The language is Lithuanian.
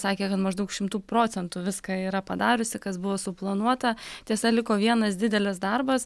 sakė kad maždaug šimtu procentų viską yra padariusi kas buvo suplanuota tiesa liko vienas didelis darbas